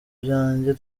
byanjye